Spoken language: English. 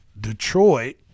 Detroit